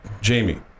Jamie